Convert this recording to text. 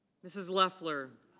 mrs. leffler.